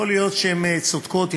יכול להיות שהן צודקות,